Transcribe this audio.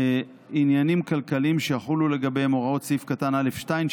עניינים כלכליים שיחולו לגביהם הוראות סעיף (א)(2),